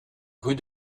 rue